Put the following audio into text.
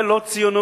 זה לא ציונות,